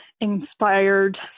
inspired